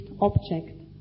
object